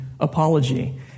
Apology